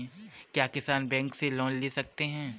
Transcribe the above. क्या किसान बैंक से लोन ले सकते हैं?